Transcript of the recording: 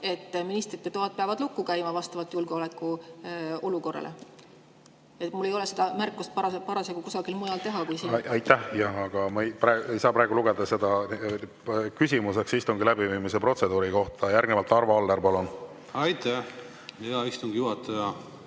et ministrite toad peavad lukku käima vastavalt julgeolekuolukorrale. Mul ei ole seda märkust parasjagu kusagil mujal teha kui siin. Aitäh! Ma ei saa praegu lugeda seda küsimuseks istungi läbiviimise protseduuri kohta. Järgnevalt Arvo Aller, palun! Aitäh! Ma ei saa